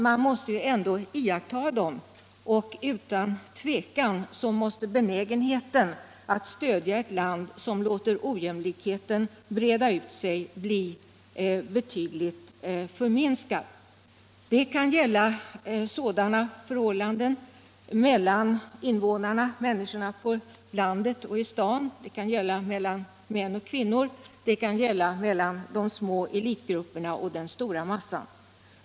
Man måste se upp med detta, och benägenheten att stödja ett land som låter ojämlikheten breda ut sig kan inte annat än minska, som jag ser det. Denna bristande jämlikhet som jag syftar på kan gälla förhållandena mellan människor på landet och människor i staden, den kan gälla mellan män och kvinnor och den kan gälla små eliterupper i jämförelse med den stora massan.